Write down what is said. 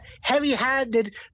heavy-handed